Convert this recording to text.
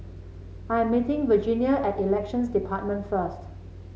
I am meeting Virginia at Elections Department first